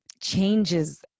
changes